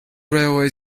railway